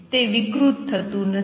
તે વિકૃત થતું નથી